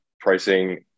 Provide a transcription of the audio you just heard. pricing